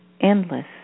endless